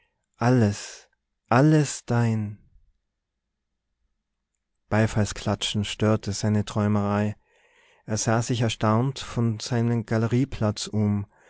alles alles dein beifallsklatschen störte seine träumerei er sah sich erstaunt von seinem galerieplatz um